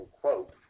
quote